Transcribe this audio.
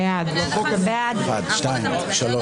מעת לעת היו כאן